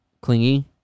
clingy